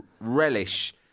relish